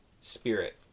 spirit